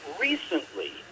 recently